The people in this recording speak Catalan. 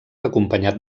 acompanyat